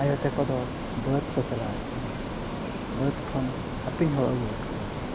ᱟᱭᱳ ᱛᱟᱠᱚ ᱫᱚ ᱵᱟᱹᱫᱽ ᱠᱚ ᱪᱟᱞᱟᱣ ᱟᱠᱟᱱᱟ ᱵᱟᱹᱫᱽ ᱠᱷᱚᱱ ᱦᱟᱯᱮᱧ ᱦᱚᱦᱚ ᱟᱹᱜᱩᱜᱚᱫ ᱠᱚᱜᱮ